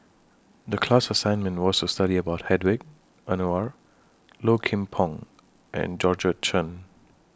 The class assignment was to study about Hedwig Anuar Low Kim Pong and Georgette Che